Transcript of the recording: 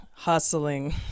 hustling